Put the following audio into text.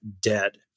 dead